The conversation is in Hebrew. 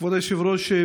כבוד היושב ראש,